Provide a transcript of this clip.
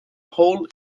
hole